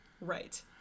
right